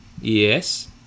Yes